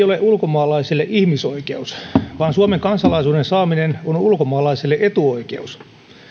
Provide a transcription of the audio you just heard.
ole ulkomaalaiselle ihmisoikeus vaan suomen kansalaisuuden saaminen on ulkomaalaiselle etuoikeus